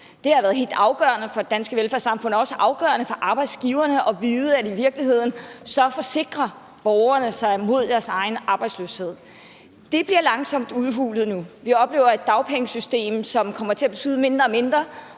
Det har været helt afgørende for det danske velfærdssamfund – og også afgørende for arbejdsgiverne – at vide, at i virkeligheden forsikrer borgerne sig mod deres egen arbejdsløshed. Det bliver langsomt udhulet nu. Vi oplever et dagpengesystem, som kommer til at betyde mindre og mindre,